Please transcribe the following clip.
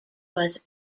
was